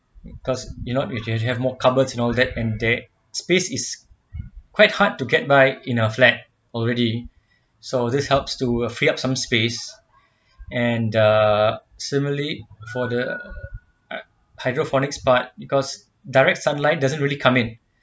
because you know if you can have more cupboards and all that and bed space is quite hard to get by in a flat already so this helps to free up some space and err similarly for the hydroponics part because direct sunlight doesn't really come in